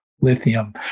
Lithium